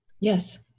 Yes